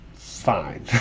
Fine